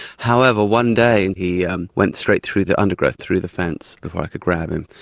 however, one day and he and went straight through the undergrowth, through the fence before i could grab him,